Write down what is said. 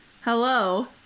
hello